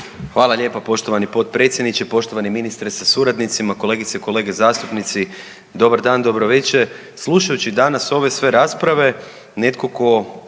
Hvala lijepa poštovani potpredsjedniče, poštovani ministre sa suradnicima. Kolegice i kolege zastupnici, dobar dan, dobro veče. Slušajući danas ove sve rasprave, netko tko